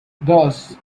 dos